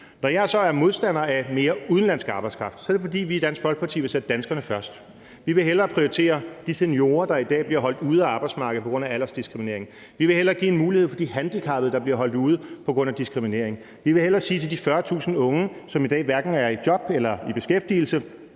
Når jeg så er modstander af mere udenlandsk arbejdskraft, så er det, fordi vi i Dansk Folkeparti vil sætte danskerne først. Vi vil hellere prioritere de seniorer, der i dag bliver holdt ude af arbejdsmarkedet på grund af aldersdiskriminering, vi vil hellere give en mulighed for de handicappede, der bliver holdt ude på grund af diskriminering. Vi vil hellere sige til de 40.000 unge, som i dag hverken er i job eller i uddannelse,